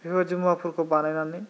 बेबायदि मुवाफोरखौ बानायनानै